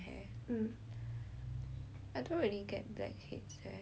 I don't really get blackheads eh